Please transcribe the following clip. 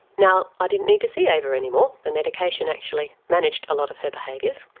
now, i didn't need to see ava anymore, the medication actually managed a lot of her behaviours,